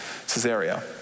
Caesarea